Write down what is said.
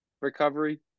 recovery